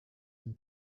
and